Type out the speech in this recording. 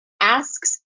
asks